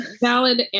Valid